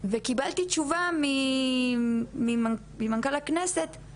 וקיבלתי תשובה ממנכ"ל הכנסת של